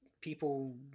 people